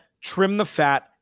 trim-the-fat